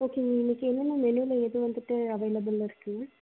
ஓகேங்க இன்னைக்கி என்னென்ன மெனுவில் எது வந்துவிட்டு அவைளபிலில் இருக்குதுங்க